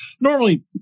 normally